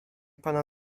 pana